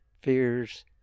fears